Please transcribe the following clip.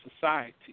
society